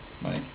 Mike